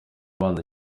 abanza